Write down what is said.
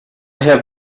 have